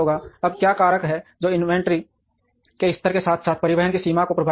अब क्या कारक हैं जो इन्वेंट्री के स्तर के साथ साथ परिवहन की सीमा को प्रभावित करेंगे